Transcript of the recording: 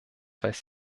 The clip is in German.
weiß